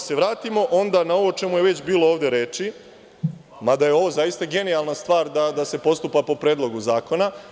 Da se vratimo onda na ono o čemu je već bilo ovde reči, mada je ovo zaista genijalna stvar da se postupa po Predlogu zakona.